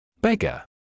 Beggar